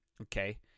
Okay